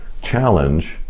challenge